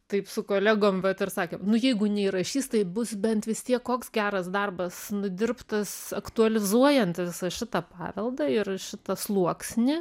taip su kolegom bet ir sakėm nu jeigu neįrašys tai bus bent vis tiek koks geras darbas nudirbtas aktualizuojant visą šitą paveldą ir šitą sluoksnį